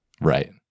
Right